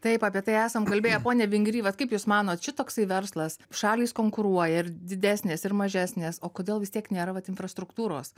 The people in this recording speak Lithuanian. taip apie tai esam kalbėję pone vingry vat kaip jūs manot čia toksai verslas šalys konkuruoja ir didesnės ir mažesnės o kodėl vis tiek nėra vat infrastruktūros